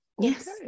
Yes